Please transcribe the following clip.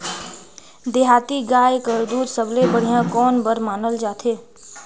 देहाती गाय कर दूध सबले बढ़िया कौन बर मानल जाथे?